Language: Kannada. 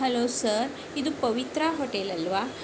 ಹಲೋ ಸರ್ ಇದು ಪವಿತ್ರಾ ಹೋಟೆಲ್ ಅಲ್ವಾ